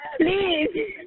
Please